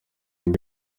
undi